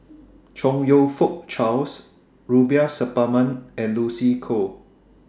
Chong YOU Fook Charles Rubiah Suparman and Lucy Koh